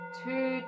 two